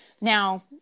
Now